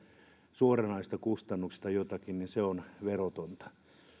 suoranaisista kustannuksista jotakin niin se on verotonta